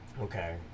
okay